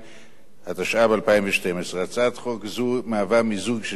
התשע"ב 2012. הצעת חוק זו מהווה מיזוג של שתי הצעות חוק,